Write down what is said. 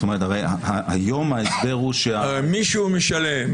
זאת אומרת, הרי היום ההסדר הוא --- מישהו משלם.